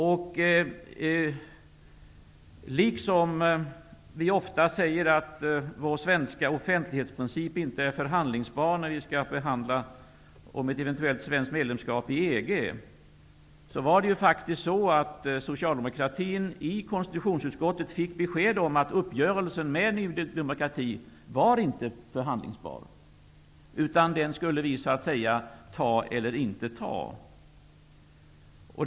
Vi säger ofta att vår svenska offentlighetsprincip inte är förhandlingsbar när vi skall förhandla om ett eventuellt svenskt medlemskap i EG. På samma sätt fick Socialdemokraterna i konstitutionsutskottet besked om att uppgörelsen med Ny demokrati inte var förhandlingsbar. Vi skulle anta den eller inte.